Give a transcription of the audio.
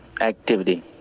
activity